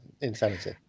insanity